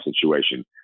situation